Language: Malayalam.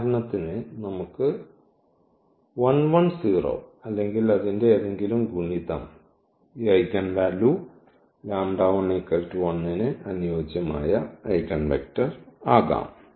ഉദാഹരണത്തിന് നമുക്ക് അല്ലെങ്കിൽ അതിന്റെ ഏതെങ്കിലും ഗുണിതം ഈ ഐഗൻവാല്യൂ ന് അനുയോജ്യമായ ഐഗൺവെക്റ്റർ ആകാം